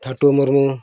ᱴᱷᱟᱴᱩ Murmu